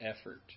effort